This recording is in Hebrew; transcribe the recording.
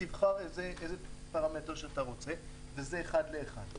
וזה מתייקר אחד לאחד,